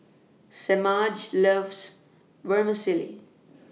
Semaj loves Vermicelli